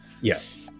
Yes